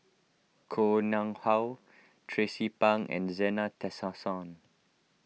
Koh Nguang How Tracie Pang and Zena Tessensohn